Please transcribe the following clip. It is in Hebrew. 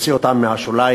להוציא אותם מהשוליים,